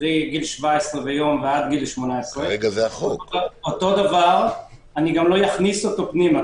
קרי גיל 17 ויום עד 18 אותו דבר גם לא אכניס אותו פנימה,